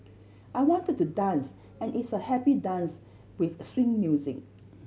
I wanted to dance and it's a happy dance with swing music